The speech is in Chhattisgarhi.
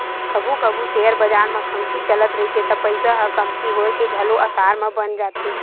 कभू कभू सेयर बजार म खंगती चलत रहिथे त पइसा ह कमती होए के घलो असार बन जाथे